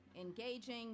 engaging